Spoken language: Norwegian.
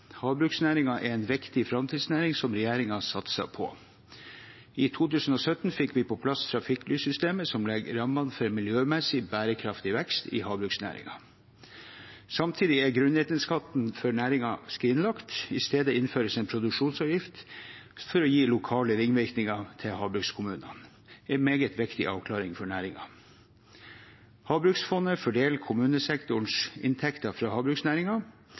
er en viktig framtidsnæring som regjeringen satser på. I 2017 fikk vi på plass trafikklyssystemet, som legger rammer for en miljømessig og bærekraftig vekst i havbruksnæringen. Samtidig er grunnrenteskatten for næringen skrinlagt. I stedet innføres en produksjonsavgift for å gi lokale ringvirkninger til havbrukskommunene – en meget viktig avklaring for næringen. Havbruksfondet fordeler kommunesektorens inntekter fra